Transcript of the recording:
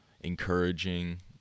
encouraging